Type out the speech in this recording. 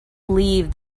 leave